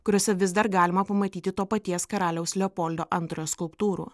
kuriose vis dar galima pamatyti to paties karaliaus leopoldo antrojo skulptūrų